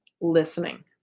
listening